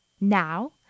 Now